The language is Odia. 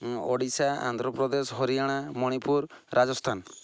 ଓଡ଼ିଶା ଆନ୍ଧ୍ରପ୍ରଦେଶ ହରିୟାଣା ମଣିପୁର ରାଜସ୍ଥାନ